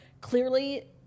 clearly